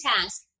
task